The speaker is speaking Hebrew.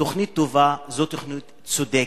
תוכנית טובה זו תוכנית צודקת.